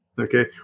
okay